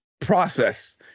process